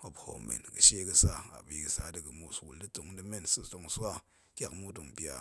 muop horom mmen ga̱shie gatsa, a bi ga̱sa ta̱ ga̱moos wul da̱ twoot nda̱ men tong sa̱ tong swa tyak muk tong pya